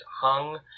hung